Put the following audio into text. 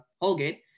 Holgate